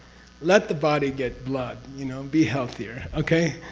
let the body get blood, you know? be healthier. okay?